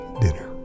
dinner